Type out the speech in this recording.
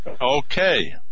Okay